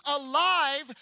alive